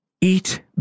Eat